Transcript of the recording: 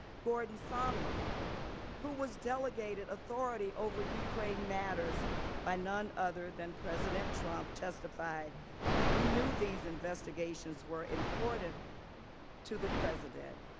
gordon sondland who was delegated authority over ukraine manners by none other than president trump testified that we knew these investigations were important to the president.